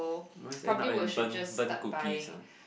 always end up in burnt burnt cookies ah